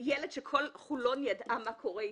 ילד שכל חולון ידעה מה קורה אתו.